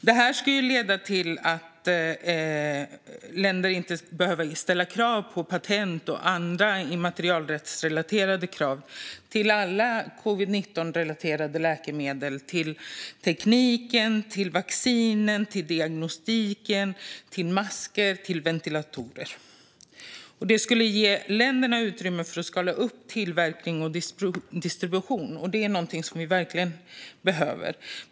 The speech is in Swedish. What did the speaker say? Det skulle leda till att länder inte behöver ställa krav på patent och andra immaterialrättsrelaterade krav för alla covid-19-relaterade läkemedel och för teknik, vaccin, diagnostik, masker och ventilatorer. Det skulle ge länderna utrymme för att skala upp tillverkning och distribution. Det någonting som vi verkligen behöver.